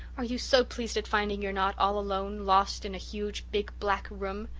are you so pleased at finding you're not all alone, lost in a huge, big, black room?